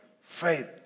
faith